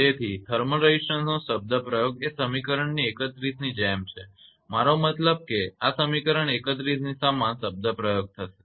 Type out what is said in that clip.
તેથી થર્મલ રેઝિસ્ટન્સનો શબ્દપ્રયોગ પદ એ સમીકરણ 31 ની જેમ છે મારો મતલબ કે આ સમીકરણ 31 ની સમાન શબ્દપ્રયોગ થશે